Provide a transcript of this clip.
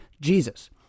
Jesus